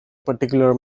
particular